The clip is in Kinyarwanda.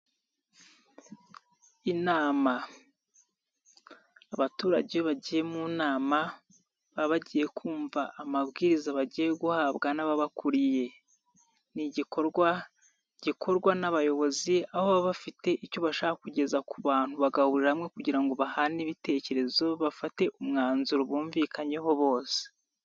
Inama, abaturage iyo bagiye mu nama baba bagiye kumva amabwiriza bagiye guhabwa n'ababakuriye, ni igikorwa gikorwa n'abayobozi aho baba bafite icyo bashaka kugeza ku bantu bagahurira hamwe kugira ngo bahane ibitekerezo bafate umwanzuro bumvikanyeho bose.